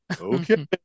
Okay